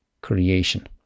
creation